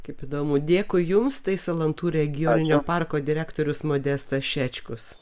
kaip įdomu dėkui jums tai salantų regioninio parko direktorius modestas šečkus